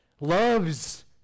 loves